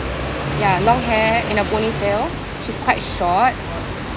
ya long hair in a pony tail she's quite short